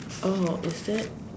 oh is it